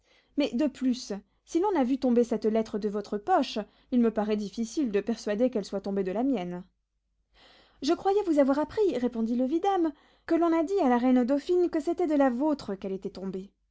mais de plus si l'on a vu tomber cette lettre de votre poche il me paraît difficile de persuader qu'elle soit tombée de la mienne je croyais vous avoir appris répondit le vidame que l'on a dit à la reine dauphine que c'était de la vôtre qu'elle était tombée